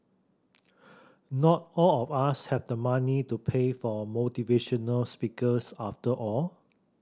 not all of us have the money to pay for motivational speakers after all